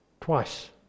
twice